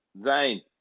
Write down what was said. Zane